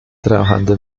trabajando